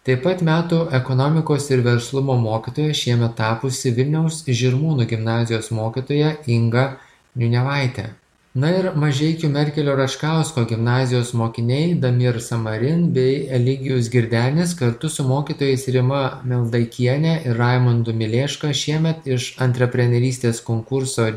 taip pat metų ekonomikos ir verslumo mokytoja šiemet tapusi vilniaus žirmūnų gimnazijos mokytoja inga niuniavaitė na ir mažeikių merkelio raškausko gimnazijos mokiniai damir samarin bei eligijus girdenis kartu su mokytojais rima meldaikienė ir raimundu milėška šiemet iš antreprenerystės konkurso